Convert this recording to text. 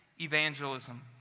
evangelism